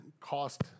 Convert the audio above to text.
cost